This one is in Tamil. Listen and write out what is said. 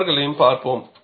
அவர்களையும் பார்ப்போம்